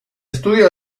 estudio